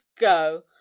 go